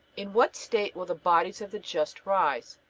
in what state will the bodies of the just rise?